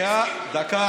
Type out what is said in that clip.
זה דף אחד